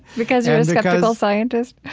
because you're a skeptical scientist?